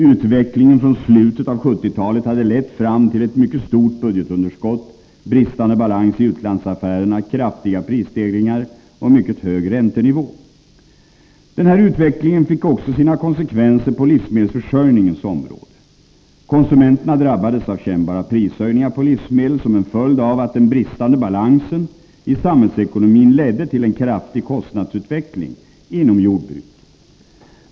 Utvecklingen från slutet av 1970-talet hade lett fram till ett mycket stort budgetunderskott, bristande balans i utlandsaffärerna, kraftiga prisstegringar och en mycket hög räntenivå. Den här utvecklingen fick också sina konsekvenser på livsmedelsförsörjningens område. Konsumenterna drabbades av kännbara prishöjningar på livsmedel som en följd av att den bristande balansen i samhällsekonomin ledde till en kraftig kostnadsutveckling inom jordbruket.